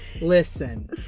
Listen